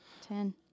Ten